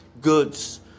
goods